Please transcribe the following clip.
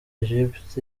egypt